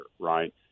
right